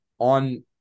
on